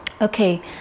okay